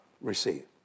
receive